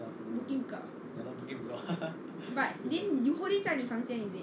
book in book out but then you whole day 在你房间 is it